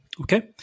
Okay